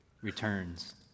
returns